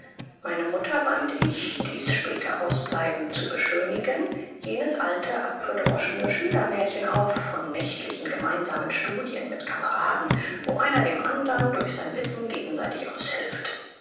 meiner mutter band ich dieß späte ausbleiben zu beschönigen jenes alte abgedroschene schülermärchen auf von nächtlichen gemeinsamen studien mit cameraden wo einer dem andern durch sein wissen gegenseitig aushilft